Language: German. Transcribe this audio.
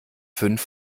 fünf